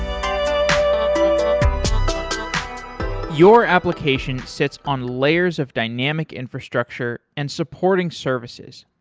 um your application sits on layers of dynamic infrastructure and supporting services.